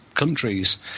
countries